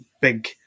big